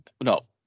No